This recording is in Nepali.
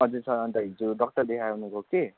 हजुर सर हिजो अन्त डक्टर देखाउन गएको थिएँ